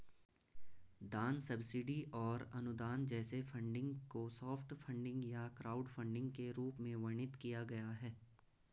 दान सब्सिडी और अनुदान जैसे फंडिंग को सॉफ्ट फंडिंग या क्राउडफंडिंग के रूप में वर्णित किया गया है